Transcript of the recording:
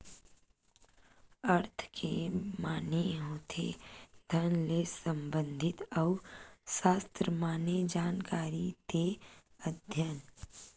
अर्थ के माने होथे धन ले संबंधित अउ सास्त्र माने जानकारी ते अध्ययन